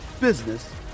business